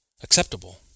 acceptable